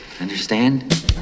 Understand